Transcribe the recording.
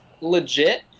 legit